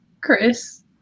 Chris